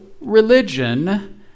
religion